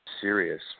Serious